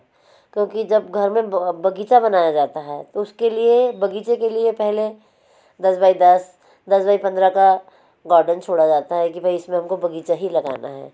क्योंकि जब घर में बगीचा बनाया जाता है तो उसके लिए बगीचे के लिए पहले दस बाई दस दस बाई पंद्रह का गोडन छोड़ा जाता है कि भाई इसमें हमको बगीचा ही लगाना है